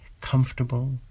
comfortable